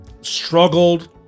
struggled